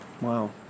Wow